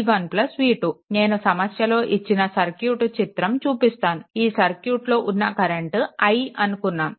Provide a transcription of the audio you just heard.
v1 v2 నేను సమస్యలో ఇచ్చిన సర్క్యూట్ చిత్రం చూపిస్తాను ఈ సర్క్యూట్లో ఉన్న కరెంట్ i అనుకున్నాము